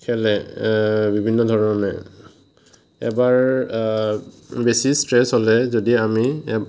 খেলে বিভিন্ন ধৰণে এবাৰ বেছি ষ্ট্ৰেছ হ'লে যদি আমি